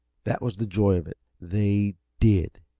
that was the joy of it they did!